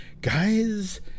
guys